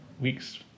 weeks